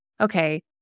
okay